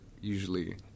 usually